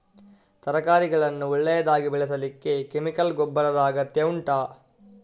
ತರಕಾರಿಗಳನ್ನು ಒಳ್ಳೆಯದಾಗಿ ಬೆಳೆಸಲಿಕ್ಕೆ ಕೆಮಿಕಲ್ ಗೊಬ್ಬರದ ಅಗತ್ಯ ಉಂಟಾ